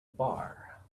bar